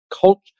culture